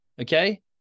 Okay